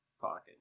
pocket